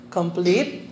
complete